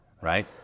right